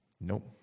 nope